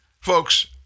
Folks